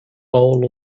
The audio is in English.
all